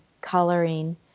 coloring